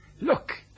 look